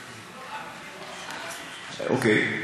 אוקיי,